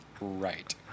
Right